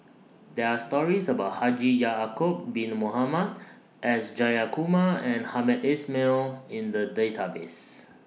There Are stories about Haji Ya'Acob Bin Mohamed S Jayakumar and Hamed Ismail in The Database